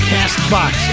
CastBox